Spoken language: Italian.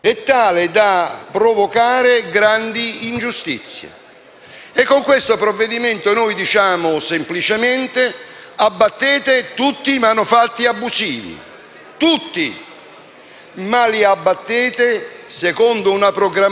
ma mi si deve spiegare la ragione per la quale questo provvedimento, che è stato licenziato il 22 gennaio 2014, è rimasto fermo fino al maggio del 2016 alla Camera dei deputati.